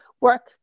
work